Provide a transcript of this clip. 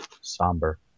somber